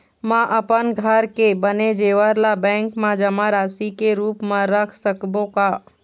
म अपन घर के बने जेवर ला बैंक म जमा राशि के रूप म रख सकबो का?